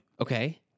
Okay